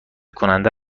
کننده